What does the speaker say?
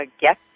get